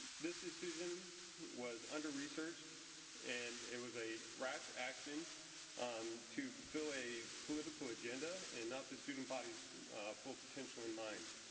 this decision was underresearched and it was a rash action um to fulfill a political agenda and not the student body's full potential in mind.